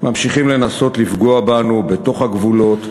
ממשיכים לנסות לפגוע בנו בתוך הגבולות,